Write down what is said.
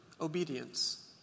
obedience